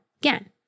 Again